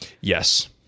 yes